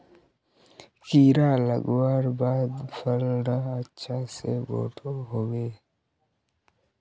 कीड़ा लगवार बाद फल डा अच्छा से बोठो होबे?